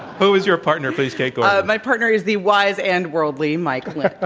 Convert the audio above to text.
who is your partner, please, kate gordon? my partner is the wise and worldly mike lind.